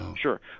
sure